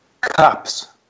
COPs